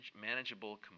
manageable